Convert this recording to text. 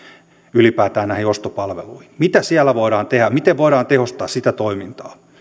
ylipäätään näihin ostopalveluihin mitä siellä voidaan tehdä miten voidaan tehostaa sitä toimintaa